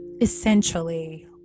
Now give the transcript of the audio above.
essentially